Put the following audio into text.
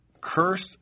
Cursed